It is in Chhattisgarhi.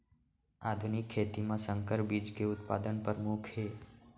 आधुनिक खेती मा संकर बीज के उत्पादन परमुख हे